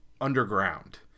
underground